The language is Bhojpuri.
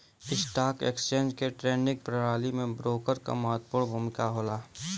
स्टॉक एक्सचेंज के ट्रेडिंग प्रणाली में ब्रोकर क महत्वपूर्ण भूमिका होला